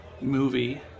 movie